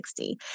60